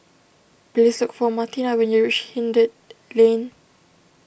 please look for Martina when you reach Hindhede Lane